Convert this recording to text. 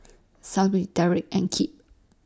Syble Dereck and Kipp